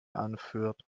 anführt